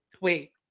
wait